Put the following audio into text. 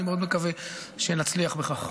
אני מאוד מקווה שנצליח בכך.